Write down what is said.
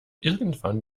irgendwann